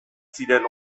ziren